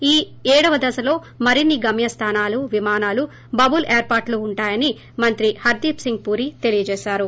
ఈ ఏడవ దశలో మరిన్ని గమ్యస్థానాలు విమానాలు బబుల్ ఏర్పాట్లు ఉంటాయని మంత్రి హర్దీప్ సింగ్ పురి తెలియజేశారు